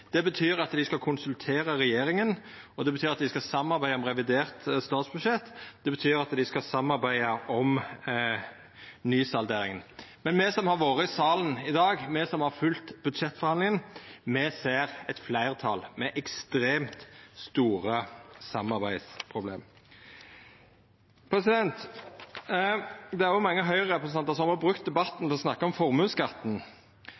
Det betyr at dei skal konsultera regjeringa, det betyr at dei skal samarbeida om revidert statsbudsjett, og det betyr at dei skal samarbeida om nysalderinga. Men me som har vore i salen i dag, me som har følgt budsjettforhandlingane, me ser eit fleirtal med ekstremt store samarbeidsproblem. Det er òg mange Høgre-representantar som har brukt